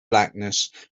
blackness